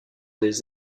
des